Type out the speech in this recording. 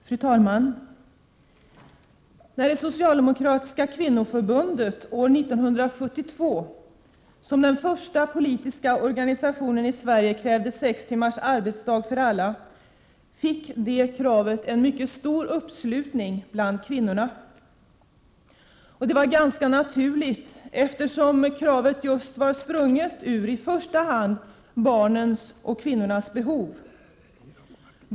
Fru talman! När det socialdemokratiska kvinnoförbundet år 1972 som den första politiska organisationen i Sverige krävde sex timmars arbetsdag, fick det kravet mycket stor uppslutning bland kvinnorna. Det var ganska naturligt, eftersom kravet var sprunget ur i första hand barnens och kvinnornas behov.